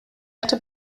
hatte